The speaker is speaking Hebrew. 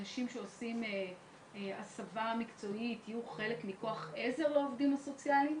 שאנשים שעושים הסבה מקצועית יהיו חלק מכוח עזר לעובדים הסוציאליים?